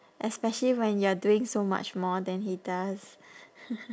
especially when you're doing so much more than he does